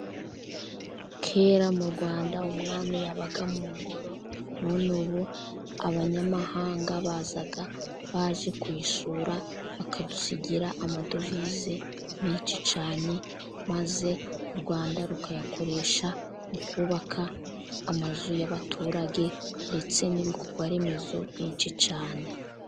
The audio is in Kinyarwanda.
Kera mu Rwanda umwami yabaga mu ngoro, nubu abanyamahanga baza baje kuyisura, bakadusigira amadovize menshi cyane, maze u Rwanda rukayakoresha mu kubabaka amazu y'abaturage ndetse n'ibikorwa remezo byinshi cyane.